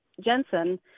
Jensen